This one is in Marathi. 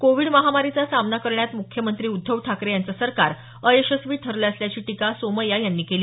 कोविड महामारीचा सामना करण्यात मुख्यमंत्री उद्धव ठाकरे यांचं सरकार अयशस्वी ठरलं असल्याची टीका सोमय्या यांनी केली